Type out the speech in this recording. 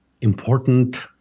important